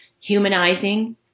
humanizing